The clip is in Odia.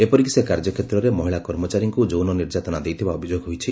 ଏପରିକି ସେ କାର୍ଯ୍ୟକ୍ଷେତ୍ରରେ ମହିଳା କର୍ମଚାରୀଙ୍କୁ ଯୌନ ନିର୍ଯାତନା ଦେଇଥିବା ଅଭିଯୋଗ ହୋଇଛି